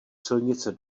silnice